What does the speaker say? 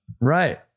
Right